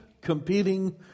competing